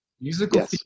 musical